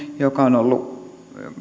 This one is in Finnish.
joka on ollut